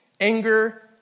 anger